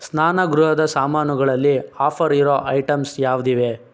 ಸ್ನಾನಗೃಹದ ಸಾಮಾನುಗಳಲ್ಲಿ ಆಫರ್ ಇರೋ ಐಟಮ್ಸ್ ಯಾವುದಿವೆ